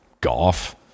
golf